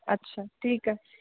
अछा ठीकु आहे